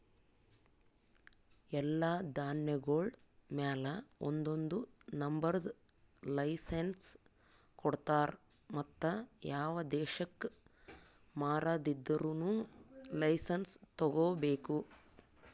ಎಲ್ಲಾ ಧಾನ್ಯಗೊಳ್ ಮ್ಯಾಲ ಒಂದೊಂದು ನಂಬರದ್ ಲೈಸೆನ್ಸ್ ಕೊಡ್ತಾರ್ ಮತ್ತ ಯಾವ ದೇಶಕ್ ಮಾರಾದಿದ್ದರೂನು ಲೈಸೆನ್ಸ್ ತೋಗೊಬೇಕು